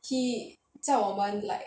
he 叫我们 like